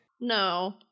No